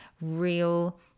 real